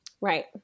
right